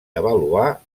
avaluar